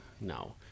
no